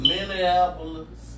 Minneapolis